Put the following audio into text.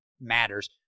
matters